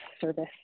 service